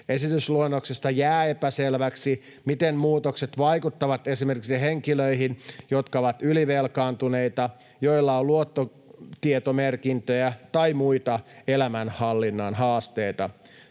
Esitysluonnoksesta jää epäselväksi, miten muutokset vaikuttavat esimerkiksi henkilöihin, jotka ovat ylivelkaantuneita, joilla on luottotietomerkintöjä tai muita elämänhallinnan haasteita.”